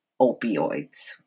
opioids